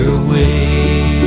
away